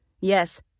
Yes